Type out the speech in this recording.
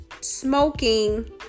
smoking